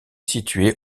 situé